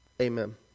Amen